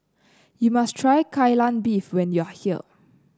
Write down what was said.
you must try Kai Lan Beef when you are here